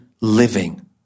living